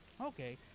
Okay